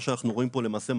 מה שאנחנו רואים פה למעשה,